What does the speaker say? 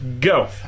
go